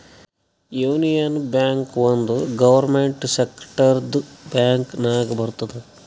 union bank ಒಂದ್ government ಸೆಕ್ಟರ್ದು bank ನಾಗ್ ಬರ್ತುದ್